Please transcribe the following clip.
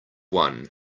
one